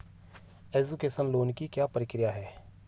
Education loan की क्या प्रक्रिया है?